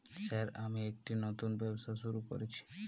Sir আমি একটি নতুন ব্যবসা শুরু করেছি?